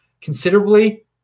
considerably